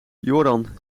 joran